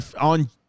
on